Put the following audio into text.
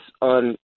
on